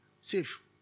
Safe